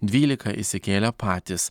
dvylika išsikėlė patys